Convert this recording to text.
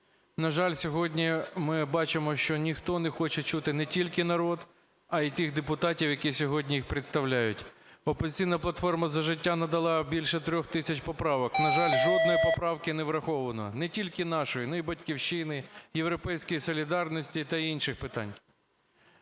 На жаль, сьогодні ми бачимо, що ніхто не хоче чути не тільки народ, а й тих депутатів, які сьогодні їх представляють. "Опозиційна платформа – За життя" надала більше 3 тисяч поправок. На жаль, жодної поправки не враховано. Не тільки нашої, і "Батьківщини", "Європейської солідарності" та інших питань.